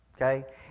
Okay